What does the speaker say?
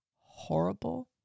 horrible